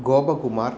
गोपकुमारः